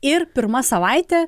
ir pirma savaitė